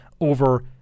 over